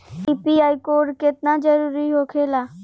UPI code केतना जरुरी होखेला?